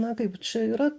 na kaip čia yra